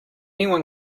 anyone